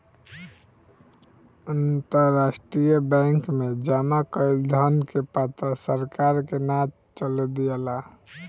अंतरराष्ट्रीय बैंक में जामा कईल धन के पता सरकार के ना चले दियाला